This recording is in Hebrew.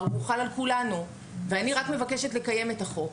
והוא חל על כולנו ואני רק מבקשת לקיים את החוק,